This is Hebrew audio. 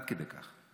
עד כדי כך.